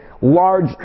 large